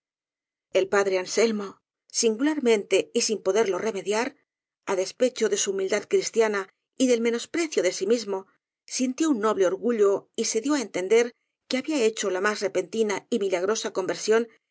el padre anselmo singularmente y sin poderlo re mediar á despecho de su humildad cristiana y del menosprecio de sí mismo sintió un noble orgullo y se dió á entender que había hecho la más repen tina y milagrosa conversión